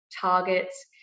targets